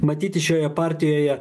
matyti šioje partijoje